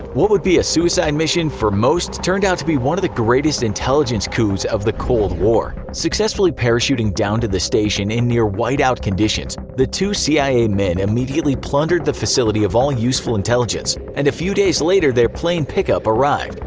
what would be a suicide mission for most turned out to be one of the greatest intelligence coups of the cold war. successfully parachuting down to the station in near white-out conditions, the two cia men immediately plundered the facility of all useful intelligence, and a few days later their pick-up plane arrived.